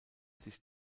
sich